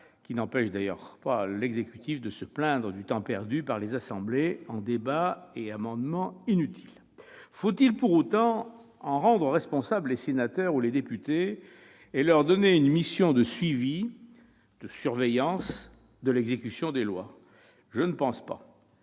n'empêche d'ailleurs pas l'exécutif de se plaindre du temps perdu par les assemblées en débats et discussions d'amendements inutiles ! Faut-il, pour autant, en rendre responsables les sénateurs ou les députés, et leur donner une mission de « suivi »- de surveillance -de l'exécution des lois ? Je ne le pense pas.